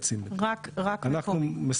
אנחנו לא מייצאים בינתיים.